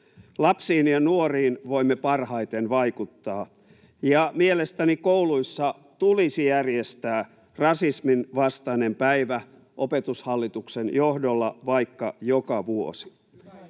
Lapsiin ja nuoriin voimme parhaiten vaikuttaa, ja mielestäni kouluissa tulisi järjestää rasismin vastainen päivä Opetushallituksen johdolla vaikka joka vuosi.